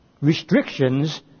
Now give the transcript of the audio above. restrictions